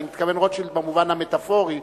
אני מתכוון רוטשילד במובן המטאפורי,